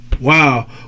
Wow